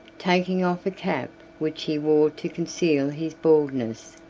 taking off a cap which he wore to conceal his baldness,